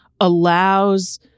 allows